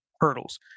hurdles